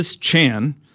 Chan